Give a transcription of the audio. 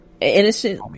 Innocent